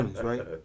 right